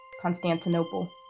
Constantinople